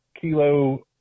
kilo